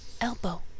elbow